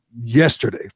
yesterday